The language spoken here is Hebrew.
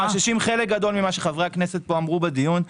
והם מאששים חלק גדול ממה שחברי הכנסת פה אמרו בדיון.